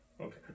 Okay